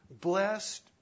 Blessed